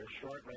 shortly